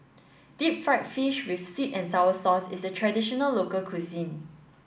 deep fried fish with sweet and sour sauce is a traditional local cuisine